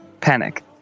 panic